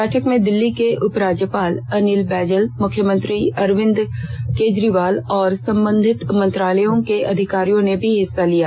बैठक में दिल्ली के उपराज्यपाल अनिल बैजल मुख्यमंत्री अरविंद केजरीवाल और संबंधित मंत्रालयों के अधिकारियों ने भी हिस्सा लिया